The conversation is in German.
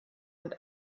und